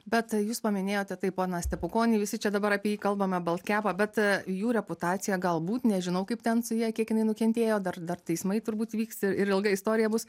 bet jūs paminėjote tai poną stepukonį visi čia dabar apie jį kalbame baltkepą bet jų reputacija galbūt nežinau kaip ten su ja kiek jinai nukentėjo dar dar teismai turbūt vyks ir ilga istorija bus